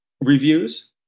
reviews